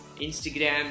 Instagram